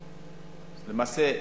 למעשה,